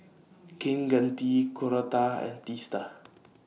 Kaneganti Korata and Teesta